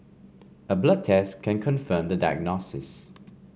a blood test can confirm the diagnosis